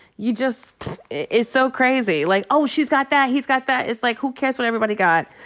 you just it it's so crazy. like, oh, she's got that. he's got that. it's like, who cares what everybody got.